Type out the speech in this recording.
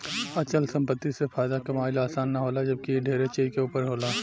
अचल संपत्ति से फायदा कमाइल आसान ना होला जबकि इ ढेरे चीज के ऊपर होला